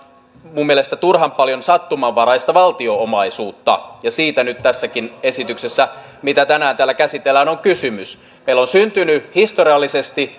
mielestäni turhan paljon sattumanvaraista valtion omaisuutta ja siitä nyt tässäkin esityksessä mitä tänään täällä käsitellään on kysymys meillä on syntynyt historiallisesti